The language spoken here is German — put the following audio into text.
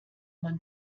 man